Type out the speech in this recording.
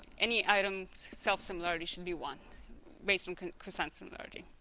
any item self-similarity should be one based on cosine similarity